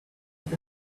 with